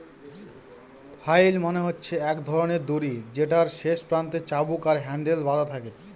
flail মানে হচ্ছে এক ধরনের দড়ি যেটার শেষ প্রান্তে চাবুক আর হ্যান্ডেল বাধা থাকে